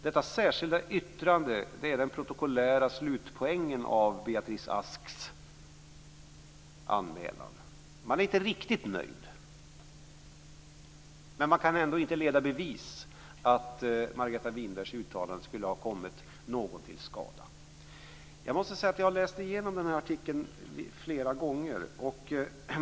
Detta särskilda yttrande är den protokollära slutpoängen av Beatrice Asks anmälan. Man är inte riktigt nöjd, men man kan ändå inte leda i bevis att Margareta Winbergs uttalande skulle ha kommit någon till skada. Jag har läst igenom artikeln flera gånger.